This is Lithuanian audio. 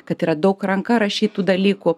kad yra daug ranka rašytų dalykų